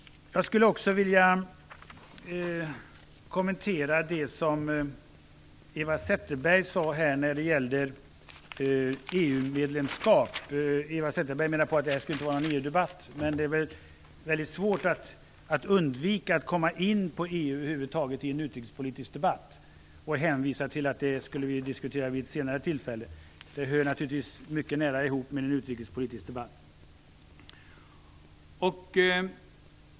Jag skulle också vilja kommentera det som Eva Zetterberg sade om EU-medlemskap. Hon menade på att detta inte skulle vara en EU-debatt. Men det är väldigt svårt att undvika att komma in på EU i en utrikespolitisk debatt. Hon hänvisade till att vi skulle diskutera detta vid ett senare tillfälle. Det hör naturligtvis mycket nära ihop med en utrikespolitisk debatt.